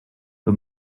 the